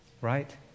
Right